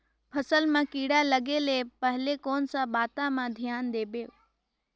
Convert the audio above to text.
फसल मां किड़ा लगे ले पहले कोन सा बाता मां धियान देबो?